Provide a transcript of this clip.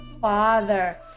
father